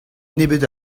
nebeut